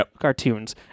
cartoons